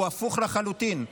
הוא הפוך לחלוטין,